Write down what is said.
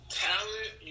talent